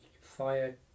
Fire